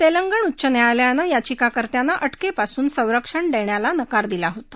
तेलंगण उच्च न्यायालयानं याचिकाकर्त्यांना अ किपासून संरक्षण देण्यास नकार दिला होता